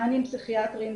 מענים פסיכיאטריים,